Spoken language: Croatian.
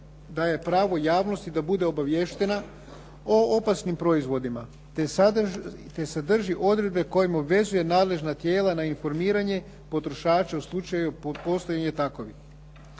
daje pravu javnosti da bude obaviještena o opasnim proizvodima te sadrži odredbe kojim obvezuje nadležna tijela na informiranje potrošača u slučaju postojanja takvih.